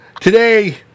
Today